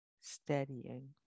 steadying